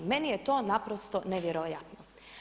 Meni je to naprosto nevjerojatno.